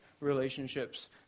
relationships